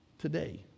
today